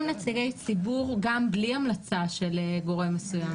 נציגי ציבור גם בלי המלצה של גורם מסוים.